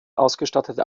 ausgestattete